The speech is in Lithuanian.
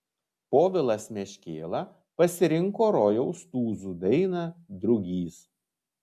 povilas meškėla pasirinko rojaus tūzų dainą drugys